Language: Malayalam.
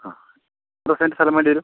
ആ എത്ര സെൻറ്റ് സ്ഥലം വേണ്ടി വരും